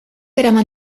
eraman